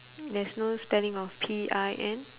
there's no spelling of P I N